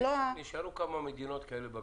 נשארו כמה מדינות כאלה בגלובוס.